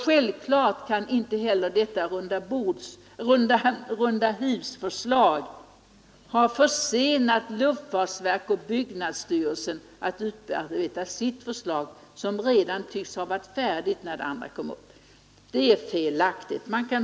Självfallet kan inte heller rundahusförslaget ha försenat luftfartsverket och byggnadsstyrelsen när de utarbetat sitt förslag, som redan tycks ha legat färdigt när det andra förslaget lades fram. Det är fel att påstå något sådant.